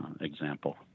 example